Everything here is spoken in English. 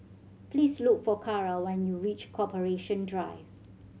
please look for Carra when you reach Corporation Drive